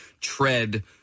tread